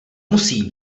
musí